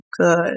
good